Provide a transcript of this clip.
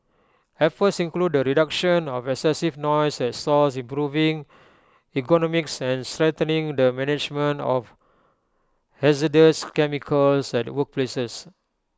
efforts include the reduction of excessive noise at source improving ergonomics and strengthening the management of hazardous chemicals at workplaces